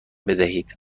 بدهید